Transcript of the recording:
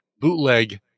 bootleg